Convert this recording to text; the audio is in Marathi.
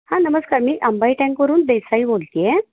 हां नमस्कार मी अंबाई टँकवरून देसाई बोलते आहे